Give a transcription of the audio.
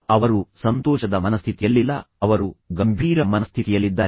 ಅವರು ಸಂತೋಷದ ಮನಸ್ಥಿತಿಯಲ್ಲಿಲ್ಲ ಅವರು ಗಂಭೀರ ಮನಸ್ಥಿತಿಯಲ್ಲಿದ್ದಾರೆ